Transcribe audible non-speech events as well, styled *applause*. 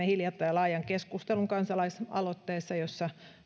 *unintelligible* hiljattain laajan keskustelun kansalaisaloitteesta jossa